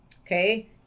Okay